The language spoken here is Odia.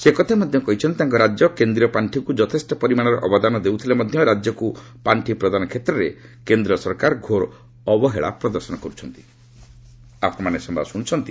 ସେ ଏକଥା ମଧ୍ୟ କହିଛନ୍ତି ତାଙ୍କ ରାଜ୍ୟ କେନ୍ଦ୍ରୀୟ ପାଣ୍ଠିକୁ ଯଥେଷ୍ଟ ପରିମାଣର ଅବଦାନ ଦେଉଥିଲେ ମଧ୍ୟ ରାଜ୍ୟକୁ ପାର୍ଷି ପ୍ରଦାନ କ୍ଷେତ୍ରରେ କେନ୍ଦ୍ର ସରକାର ଘୋର ଅବହେଳା ପ୍ରଦର୍ଶନ କର୍ଚ୍ଚନ୍ତି